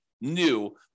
new